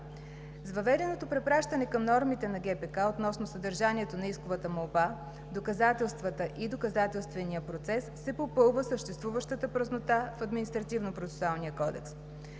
С въведеното препращане към нормите на Гражданскопроцесуалния кодекс относно съдържанието на исковата молба, доказателствата и доказателствения процес се попълва съществуваща празнота в Административнопроцесуалния кодекс,